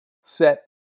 set